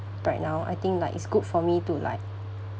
right now I think like it's good for me to like